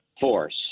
force